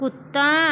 कुत्ता